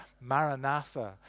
Maranatha